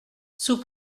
sous